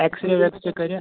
X ray ویٚکٕس رے کٔرِتھ